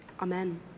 amen